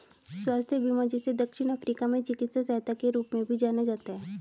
स्वास्थ्य बीमा जिसे दक्षिण अफ्रीका में चिकित्सा सहायता के रूप में भी जाना जाता है